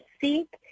Seek